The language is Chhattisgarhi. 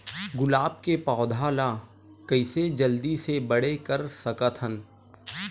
गुलाब के पौधा ल कइसे जल्दी से बड़े कर सकथन?